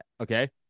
okay